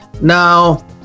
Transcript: Now